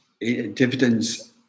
dividends